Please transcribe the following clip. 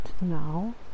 now